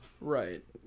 Right